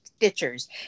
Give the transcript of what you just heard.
Stitchers